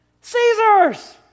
Caesar's